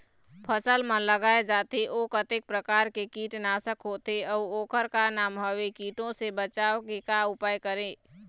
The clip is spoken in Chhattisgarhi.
फसल म लगाए जाथे ओ कतेक प्रकार के कीट नासक होथे अउ ओकर का नाम हवे? कीटों से बचाव के का उपाय करें?